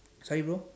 sorry bro